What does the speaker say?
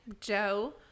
Joe